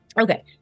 Okay